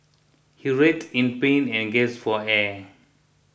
he writhed in pain and gasped for air